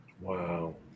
wow